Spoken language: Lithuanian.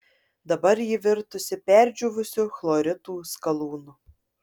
dabar ji virtusi perdžiūvusiu chloritų skalūnu